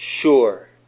sure